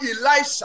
Elijah